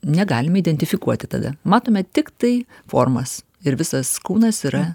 negalime identifikuoti tada matome tiktai formas ir visas kūnas yra